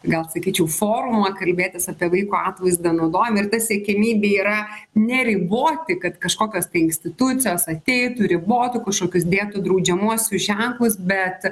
gal sakyčiau formą kalbėtis apie vaiko atvaizdą naudojam ir ta siekiamybė yra neriboti kad kažkokios tai institucijos ateitų ribotų kažkokius dėtų draudžiamuosius ženklus bet